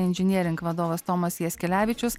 inžinieriams vadovas tomas jaskelevičius